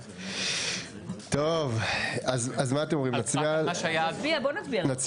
2 נגד 4 ההסתייגות לא התקבלה.